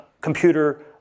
computer